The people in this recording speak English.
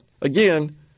again